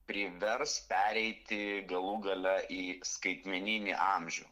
privers pereiti galų gale į skaitmeninį amžių